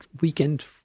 weekend